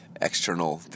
external